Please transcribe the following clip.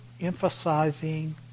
emphasizing